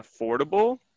affordable